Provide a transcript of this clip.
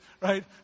right